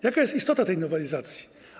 Jaka jest istota tej nowelizacji?